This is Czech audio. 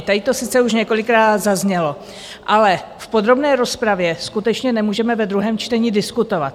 Tady to sice už několikrát zaznělo, ale v podrobné rozpravě skutečně nemůžeme ve druhém čtení diskutovat.